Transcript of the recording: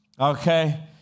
Okay